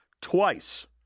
Twice